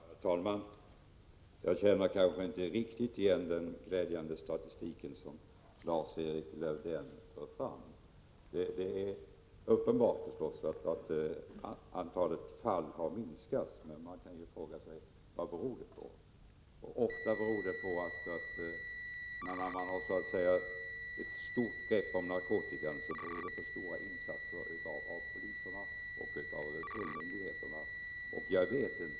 Herr talman! Jag känner kanske inte riktigt igen den glädjande statistik 14 som Lars-Erik Lövdén för fram. Det är uppenbart att antalet fall har minskat, men man kan fråga sig vad det beror på. När man har fått ett stort — Prot, 1986/87:74 grepp om narkotikan, beror det ofta på stora insatser av polis och 18 februari 1987 tullmyndigheter.